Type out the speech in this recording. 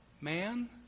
man